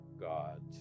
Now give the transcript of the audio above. God